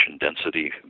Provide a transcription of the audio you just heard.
density